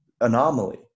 anomaly